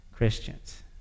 Christians